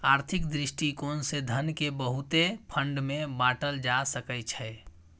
आर्थिक दृष्टिकोण से धन केँ बहुते फंड मे बाटल जा सकइ छै